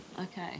Okay